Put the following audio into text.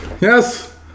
Yes